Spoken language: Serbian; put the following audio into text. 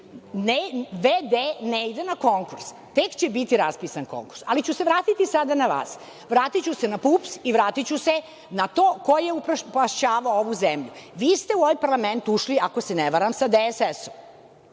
ne ide na konkurs. Tek će biti raspisan konkurs, ali ću se vratiti sada na vas. Vratiću se na PUPS i vratiću se na to ko je upropašćavao ovu zemlju. Vi ste u ovaj parlament ušli ako se ne varam, sa DSS.